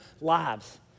lives